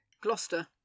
Gloucester